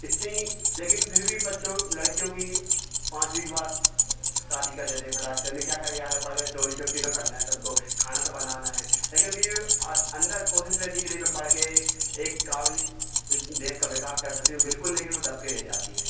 इतनी लेकिन फिर भी बच्चों लड़कियों की पाँचवी के बाद शादी कर देते हैं फटाक से यानि क्या करेगी आगे पढ़ के चोली चौकी तो करना है तुमको खाना तो बनाना है लेकिन उनकी जो अंदर कोशिश रहती कि नहीं मैं पढ़ के एक काबिल इस देस का विकास कर सकती हूँ बिल्कुल लेकिन वो दब के रह जाती है